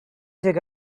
dig